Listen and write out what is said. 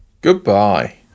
Goodbye